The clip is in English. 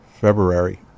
February